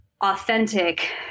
authentic